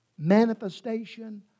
manifestation